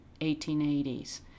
1880s